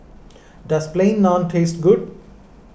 does Plain Naan taste good